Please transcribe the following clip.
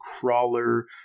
crawler